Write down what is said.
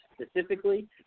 specifically